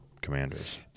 Commanders